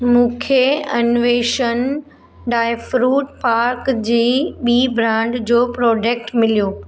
मूंखे Anveshan dry fruit पाक जी ॿि ब्रांड जो प्रोडक्ट मिलयो